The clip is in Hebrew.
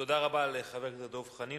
תודה רבה לחבר הכנסת דב חנין.